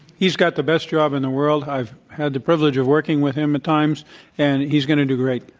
he's got the best job in the world. i've had the privilege of working with him at times and he's going to do great.